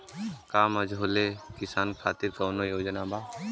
का मझोले किसान खातिर भी कौनो योजना बा?